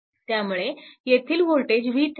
त्यामुळे येथील voltage v3